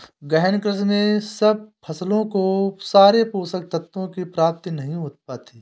गहन कृषि में सब फसलों को सारे पोषक तत्वों की प्राप्ति नहीं हो पाती